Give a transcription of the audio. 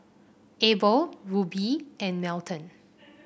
Abel Rubye and Melton